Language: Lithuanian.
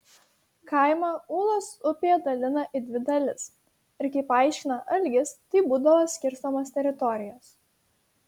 kaimą ūlos upė dalina į dvi dalis ir kaip paaiškina algis taip būdavo skirstomos teritorijos